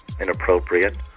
inappropriate